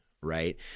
right